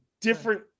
different